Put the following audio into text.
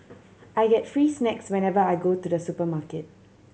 I get free snacks whenever I go to the supermarket